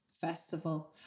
festival